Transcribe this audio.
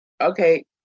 okay